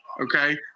Okay